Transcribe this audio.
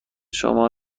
شما